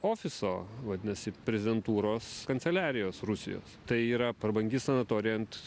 ofiso vadinasi prezidentūros kanceliarijos rusijos tai yra prabangi sanatorija ant